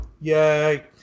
Yay